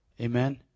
Amen